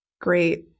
great